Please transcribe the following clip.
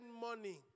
money